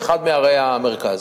באחת מערי המרכז,